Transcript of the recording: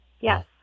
Yes